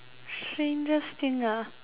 strangest thing lah